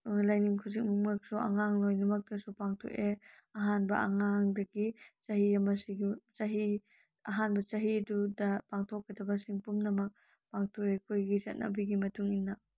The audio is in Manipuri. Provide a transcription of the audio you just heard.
ꯂꯥꯏꯅꯤꯡ ꯈꯨꯗꯤꯡꯃꯛꯁꯨ ꯑꯉꯥꯡ ꯂꯣꯏꯅꯃꯛꯇꯁꯨ ꯄꯥꯡꯊꯣꯛꯑꯦ ꯑꯍꯥꯟꯕ ꯑꯉꯥꯡꯗꯒꯤ ꯆꯍꯤ ꯆꯍꯤ ꯑꯍꯥꯟꯕ ꯆꯍꯤꯗꯨꯗ ꯄꯥꯡꯊꯣꯛꯀꯗꯕꯁꯤꯡ ꯄꯨꯝꯅꯃꯛ ꯄꯥꯡꯊꯣꯛꯑꯦ ꯑꯩꯈꯣꯏꯒꯤ ꯆꯠꯅꯕꯤꯒꯤ ꯃꯇꯨꯡ ꯏꯟꯅ